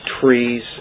trees